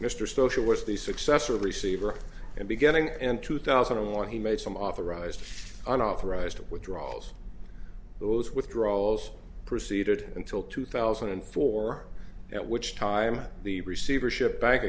the successor of receiver and beginning end two thousand and one he made some authorized unauthorized withdrawals those withdrawals proceeded until two thousand and four at which time the receivership bank